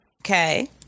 Okay